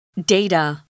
Data